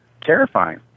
terrifying